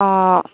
অঁ